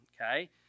Okay